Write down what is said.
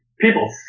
people